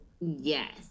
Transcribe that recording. Yes